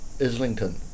Islington